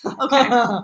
Okay